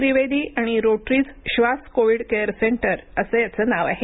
त्रिवेदी आणि रोटरीज श्वास covid care centre असं याचं नाव आहे